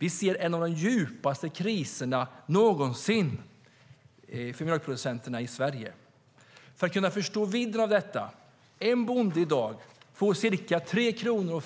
Vi ser en av de djupaste kriserna någonsin för mjölkproducenterna i Sverige. För att ge en förståelse av vidden av detta kan jag säga att en bonde i dag får ca 3,04 kronor